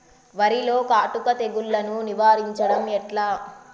వరిలో కాటుక తెగుళ్లను నివారించడం ఎట్లా?